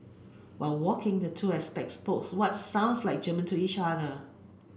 while walking the two expats spokes what sounds like German to each other